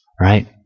right